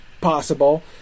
possible